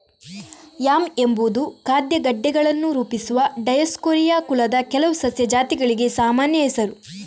yam ಎಂಬುದು ಖಾದ್ಯ ಗೆಡ್ಡೆಗಳನ್ನು ರೂಪಿಸುವ ಡಯೋಸ್ಕೋರಿಯಾ ಕುಲದ ಕೆಲವು ಸಸ್ಯ ಜಾತಿಗಳಿಗೆ ಸಾಮಾನ್ಯ ಹೆಸರು